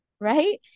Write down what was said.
right